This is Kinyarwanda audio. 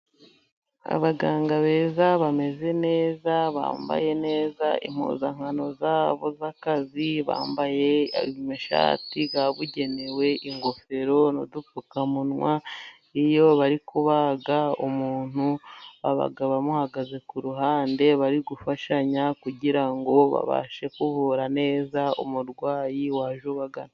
Abaganga beza bameze neza， bambaye neza impuzankano yabo y'akazi，bambaye amashati yabugenewe， ingofero n'udupfukamunwa，iyo bari kubaga umuntu， abagabo bamuhagaze ku ruhande， bari gufashanya，kugira ngo babashe kuvura neza， umurwayi waje ubagana.